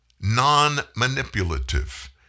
non-manipulative